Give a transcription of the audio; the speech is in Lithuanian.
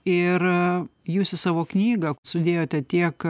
ir jūs į savo knygą sudėjote tiek